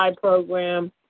program